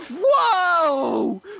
whoa